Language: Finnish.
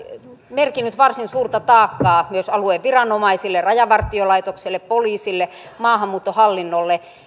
merkinnyt varsin suurta taakkaa myös alueen viranomaisille rajavartiolaitokselle poliisille maahanmuuttohallinnolle